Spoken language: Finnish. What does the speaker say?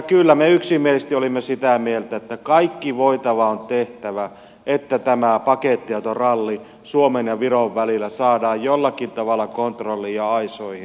kyllä me yksimielisesti olimme sitä mieltä että kaikki voitava on tehtävä että tämä pakettiautoralli suomen ja viron välillä saadaan jollakin tavalla kontrolliin ja aisoihin